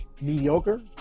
mediocre